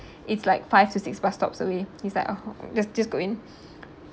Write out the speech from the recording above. it's like five to six bus stops away he's like oh just just go in